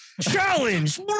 Challenge